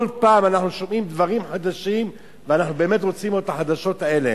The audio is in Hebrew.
כל פעם אנחנו שומעים דברים חדשים ואנחנו באמת רוצים את החדשות האלה.